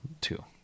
two